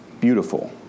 beautiful